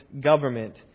government